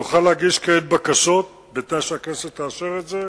יוכל להגיש כעת בקשה, בתנאי שהכנסת תאשר את זה,